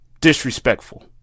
disrespectful